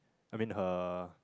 I mean her